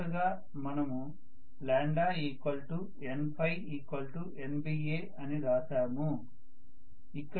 మొదటగా మనము NNBA అని రాశాము